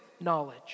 knowledge